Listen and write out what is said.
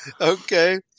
Okay